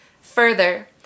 Further